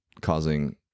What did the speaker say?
causing